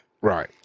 Right